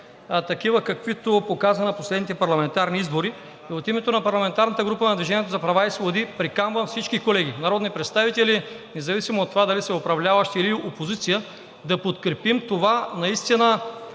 каквито показа на последните парламентарни избори. И от името на парламентарната група на „Движение за права и свободи“ приканвам всички колеги народни представители, независимо от това дали са управляващи, или опозиция, да подкрепим това